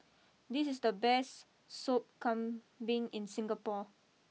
this is the best Sop Kambing in Singapore